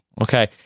Okay